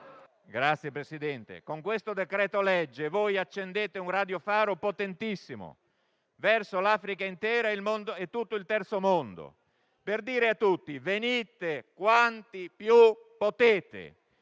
signor Presidente. Con questo decreto-legge voi accendete un radiofaro potentissimo verso l'Africa intera e tutto il Terzo mondo, per dire a tutti: venite quanti più potete,